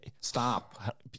stop